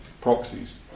proxies